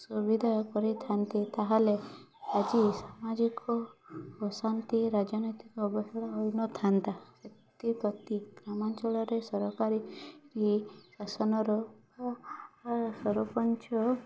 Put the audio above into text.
ସୁବିଧା କରିଥାନ୍ତି ତା'ହେଲେ ଆଜି ସାମାଜିକ ଅଶାନ୍ତି ରାଜନୈତିକ ଅବହେଳା ହୋଇନଥାନ୍ତା ସେଥିପ୍ରତି ଗ୍ରାମାଞ୍ଚଳରେ ସରକାରୀ ଶାସନର ସରପଞ୍ଚ